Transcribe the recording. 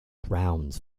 grounds